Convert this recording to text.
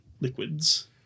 liquids